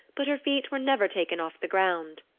but her feet were never taken off the ground.